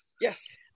Yes